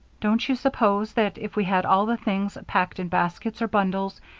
don't you suppose that, if we had all the things packed in baskets or bundles,